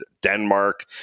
Denmark